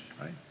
right